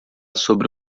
sobre